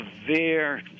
Severe